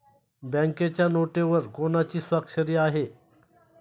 बँकेच्या नोटेवर कोणाची स्वाक्षरी आहे?